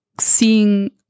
seeing